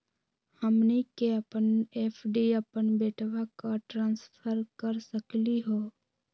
हमनी के अपन एफ.डी अपन बेटवा क ट्रांसफर कर सकली हो?